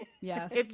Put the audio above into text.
Yes